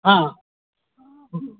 हा